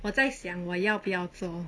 我在想我要不要做